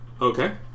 Okay